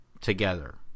together